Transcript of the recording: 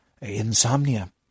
Insomnia